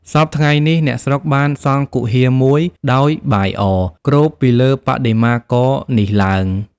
សព្វថ្ងៃនេះ អ្នកស្រុកបានសង់គុហាមួយដោយបាយអគ្របពីលើបដិមាករនេះឡើង។